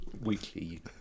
weekly